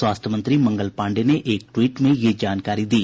स्वास्थ्य मंत्री मंगल पांडेय ने एक ट्वीट में ये जानकारी दी